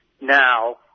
now